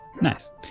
Nice